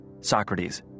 Socrates